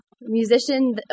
musician